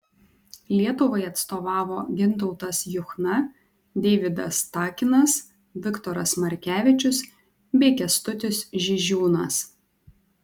lietuvai atstovavo gintautas juchna deividas takinas viktoras markevičius bei kęstutis žižiūnas